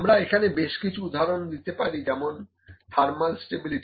আমরা এখানে বেশ কিছু উদাহরণ দিতে পারি যেমন থার্মাল স্টেবিলিটি